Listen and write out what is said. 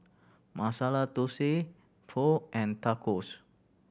Masala Dosa Pho and Tacos